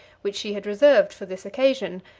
which she had reserved for this occasion,